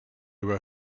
were